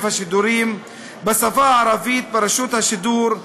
השידורים בשפה הערבית ברשות השידור,